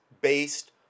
based